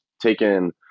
taken